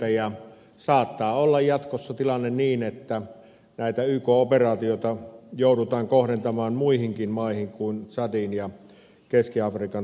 jatkossa tilanne saattaa olla niin että näitä yk operaatioita joudutaan kohdentamaan muihinkin maihin kuin tsadiin ja keski afrikan tasavaltaan